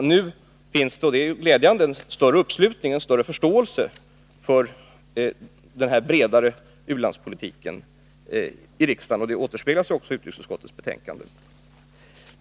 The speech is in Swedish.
Men nu finns det en större uppslutning och större förståelse i riksdagen för denna bredare u-landspolitik, och det är glädjande. Detta återspeglas också i utrikesutskottets betänkande.